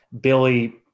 Billy